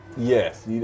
Yes